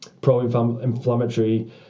pro-inflammatory